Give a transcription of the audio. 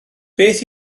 beth